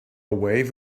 wave